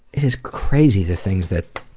it is crazy, the things that,